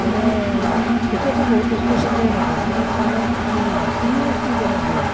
মানে এতিয়াতো বহুত বস্তু চিনিয়ে নেপায় সেই ধৰক শিঙি মাছ শিঙি মাছনো কেনেকুৱা